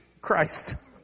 Christ